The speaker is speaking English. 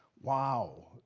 wow,